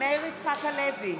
מאיר יצחק הלוי,